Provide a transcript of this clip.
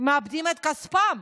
מאבדים את כספם.